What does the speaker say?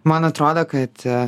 man atrodo kad